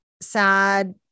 sad